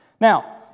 Now